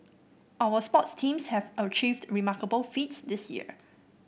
our sports teams have achieved remarkable feats this year